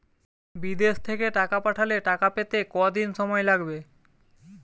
বিদেশ থেকে টাকা পাঠালে টাকা পেতে কদিন সময় লাগবে?